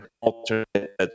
alternate